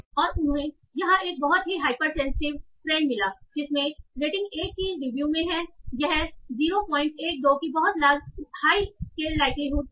और उन्हें यहां एक बहुत ही हाइपर सेंसिटिव ट्रेंड मिला जिसमें रेटिंग1 की रिव्यू में यह 012 की बहुत हाई स्केलड लाइक्लीहुड था